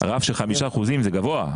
רף של חמישה אחוזים הוא גבוה.